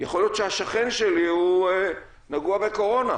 יכול להיות שהשכן שלי נגוע בקורונה,